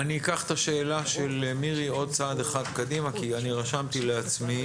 אני אקח את השאלה של מירי עוד צעד אחד קדימה כי אני רשמתי לעצמי.